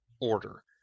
order